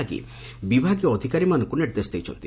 ଲାଗି ବିଭାଗୀୟ ଅଧିକାରୀମାନଙ୍ଙୁ ନିର୍ଦ୍ଦେଶ ଦେଇଛନ୍ତି